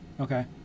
Okay